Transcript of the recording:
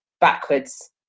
backwards